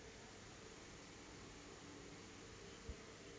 <S